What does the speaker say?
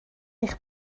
eich